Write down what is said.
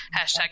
Hashtag